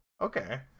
Okay